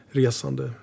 resande